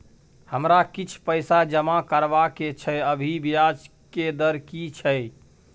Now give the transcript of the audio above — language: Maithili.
हमरा किछ पैसा जमा करबा के छै, अभी ब्याज के दर की छै?